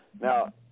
Now